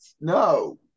no